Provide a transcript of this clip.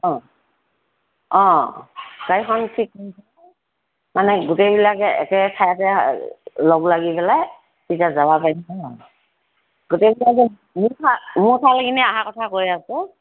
অ অ গাড়ীখন ঠিক মানে গোটেইবিলাকে একে ঠাইতে লগ লাগি পেলাই তেতিয়া যাব পাৰিম ন' মোৰ ফাল মোৰ ফালে অহাৰ কথা কৈ আছোঁ